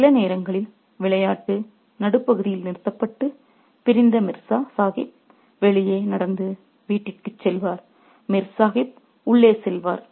சில நேரங்களில் விளையாட்டு நடுப்பகுதியில் நிறுத்தப்பட்டு பிரிந்த மிர்சா சாஹிப் வெளியே நடந்து வீட்டிற்குச் செல்வார் மிர் சாஹிப் உள்ளே செல்வார்